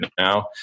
now